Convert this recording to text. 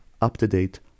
up-to-date